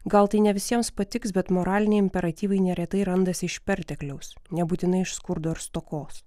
gal tai ne visiems patiks bet moraliniai imperatyvai neretai randasi iš pertekliaus nebūtinai iš skurdo ir stokos